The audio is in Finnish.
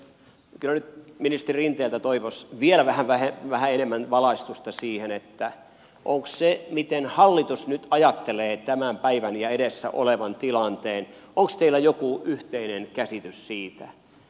kyllä nyt ministeri rinteeltä toivoisi vielä vähän enemmän valaistusta siihen onko teillä jokin yhteinen käsitys siitä miten hallitus nyt ajattelee tämän päivän ja edessä olevan tilanteen postille joku yhteinen käsitys siitä